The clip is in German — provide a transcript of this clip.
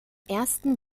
ersten